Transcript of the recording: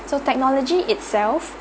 so technology itself